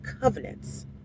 covenants